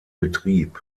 betrieb